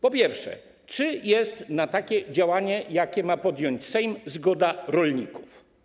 Po pierwsze, czy na takie działanie, jakie ma podjąć Sejm, jest zgoda rolników?